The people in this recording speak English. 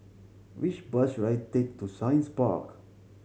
which bus should I take to Science Park